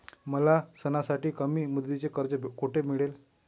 मला सणासाठी कमी मुदतीचे कर्ज कोठे मिळेल?